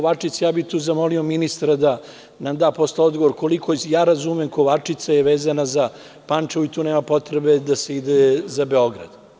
Ja bih tu zamolio ministra da nam da posle odgovor, koliko ja razumem Kovačica je vezana za Pančevo i tu nema potrebe da se ide za Beograd.